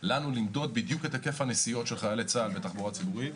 לנו למדוד בדיוק את היקף הנסיעות של חיילי צה"ל בתחבורה ציבורית.